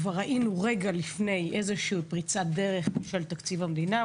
אנחנו כבר ראינו רגע לפני איזושהי פריצת דרך של תקציב המדינה,